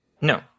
No